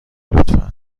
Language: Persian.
لطفا